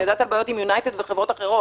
אני יודעת על בעיות עם יונייטד וחברות אחרות.